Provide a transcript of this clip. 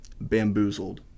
bamboozled